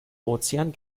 ozean